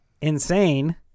insane